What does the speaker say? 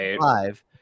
five